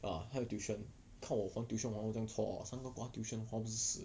啊还有 tuition 看我还 tuition 还到这样 chor 他三个瓜 tuition 花不是死